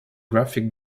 graphic